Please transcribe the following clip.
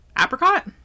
Apricot